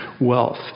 wealth